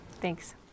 Thanks